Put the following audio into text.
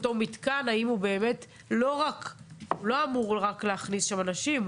אותו מתקן שלא אמור רק להכניס שם אנשים,